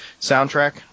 Soundtrack